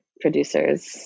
producers